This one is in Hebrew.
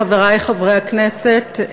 חברי חברי הכנסת,